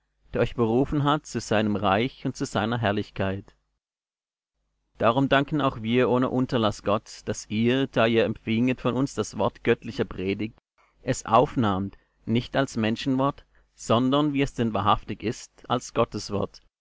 der euch berufen hat zu seinem reich und zu seiner herrlichkeit darum danken auch wir ohne unterlaß gott daß ihr da ihr empfinget von uns das wort göttlicher predigt es aufnahmt nicht als menschenwort sondern wie es denn wahrhaftig ist als gottes wort